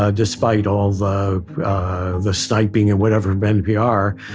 ah despite all the the sniping, and whatever, of npr,